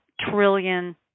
trillion